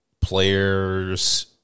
player's